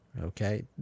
Okay